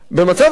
במצב כזה,